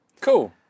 Cool